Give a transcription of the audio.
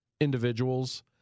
individuals